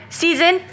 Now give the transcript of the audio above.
season